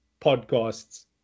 podcasts